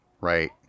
right